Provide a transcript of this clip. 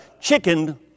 chicken